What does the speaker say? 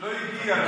לא הגיע.